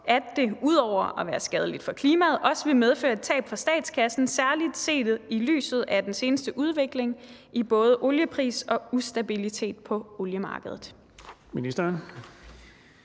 at det ud over at være skadeligt for klimaet også vil medføre et tab for statskassen, særlig set i lyset af den seneste udvikling i både oliepris og ustabilitet på oliemarkedet?